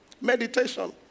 meditation